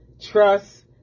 Trust